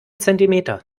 zentimeter